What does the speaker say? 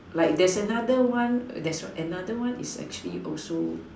like there's another one err there's a another one is actually also